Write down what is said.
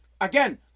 Again